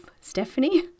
Stephanie